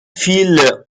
viele